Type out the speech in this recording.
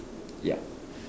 yup